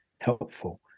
helpful